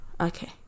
Okay